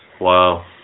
Wow